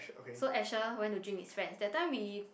so Asher went to drink with friends that time we